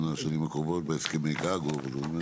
לשנים הקרובות בהסכמי גג או דברים כאלה?